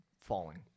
falling